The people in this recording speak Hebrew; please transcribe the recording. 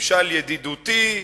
ממשל ידידותי,